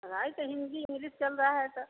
पढ़ाई तो हिन्दी इंग्लिस चल रहा है सर